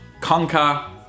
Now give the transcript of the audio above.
Conquer